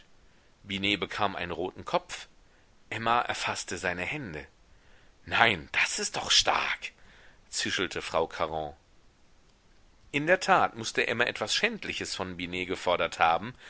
binet bekam einen roten kopf emma erfaßte seine hände nein das ist doch stark zischelte frau caron in der tat mußte emma etwas schändliches von binet gefordert haben